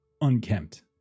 unkempt